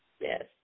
Yes